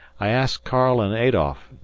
i asked karl and adolf,